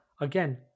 Again